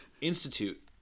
institute